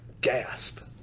gasp